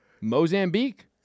Mozambique